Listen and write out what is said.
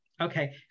Okay